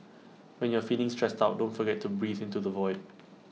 when you are feeling stressed out don't forget to breathe into the void